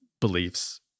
beliefs